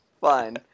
fine